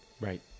Right